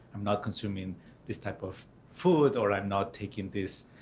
i'm not consuming this type of food, or i'm not taking these